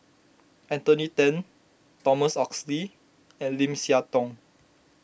Anthony then Thomas Oxley and Lim Siah Tong